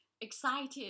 excited